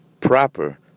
proper